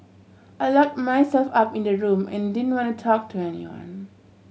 I lock myself up in the room and didn't want to talk to anyone